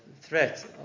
threat